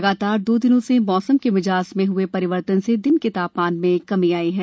लगातार दो दिनों से मौसम के मिजाज में हुए परिवर्तन से दिन के तापमान में कमी आई है